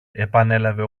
επανέλαβε